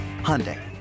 Hyundai